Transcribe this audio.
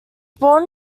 born